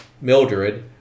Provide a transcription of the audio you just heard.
Mildred